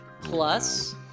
plus